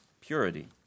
Purity